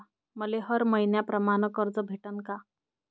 मले हर मईन्याप्रमाणं कर्ज भेटन का?